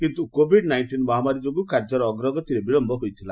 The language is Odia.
କିନ୍ତୁ କୋଭିଡ ନାଇଷିନ ମହାମାରୀ ଯୋଗୁଁ କାର୍ଯ୍ୟର ଅଗ୍ରଗତିରେ ବିଳମ୍ୟ ହୋଇଥିଲା